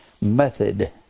method